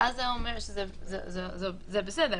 אבל זה דיון שטרם הוכן תסקיר מעצר,